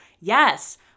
yes